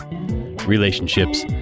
Relationships